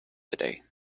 today